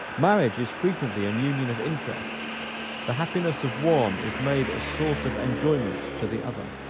marriage is frequently an union of interest the happiness of one is made a source of enjoyment to the other.